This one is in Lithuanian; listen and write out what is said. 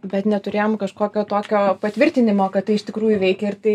bet neturėjom kažkokio tokio patvirtinimo kad tai iš tikrųjų veikia ir tai